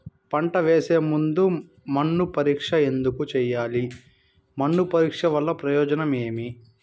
పంట వేసే ముందు మన్ను పరీక్ష ఎందుకు చేయాలి? మన్ను పరీక్ష వల్ల ప్రయోజనం ఏమి?